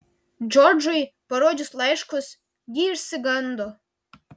džordžui parodžius laiškus ji išsigando